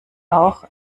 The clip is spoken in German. auch